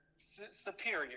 Superior